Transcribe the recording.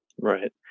right